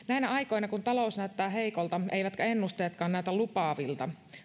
näinä aikoina kun talous näyttää heikolta eivätkä ennusteetkaan lupaavilta